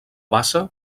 bassa